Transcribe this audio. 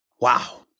Wow